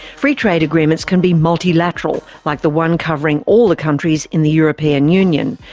free trade agreements can be multilateral, like the one covering all the countries in the european union,